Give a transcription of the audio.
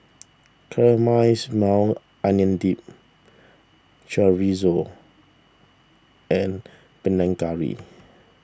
Caramelized Maui Onion Dip Chorizo and Panang Curry